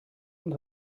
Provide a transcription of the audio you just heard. und